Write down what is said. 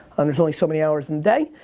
um there's only so many hours in the day.